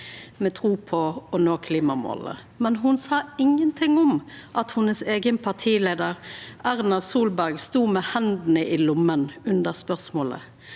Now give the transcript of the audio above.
med tru på å nå klimamålet. Men ho sa ingenting om at hennar eigen partileiar, Erna Solberg, stod med hendene i lommene under spørsmålet.